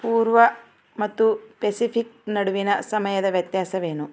ಪೂರ್ವ ಮತ್ತು ಪೆಸಿಫಿಕ್ ನಡುವಿನ ಸಮಯದ ವ್ಯತ್ಯಾಸವೇನು